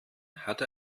hatte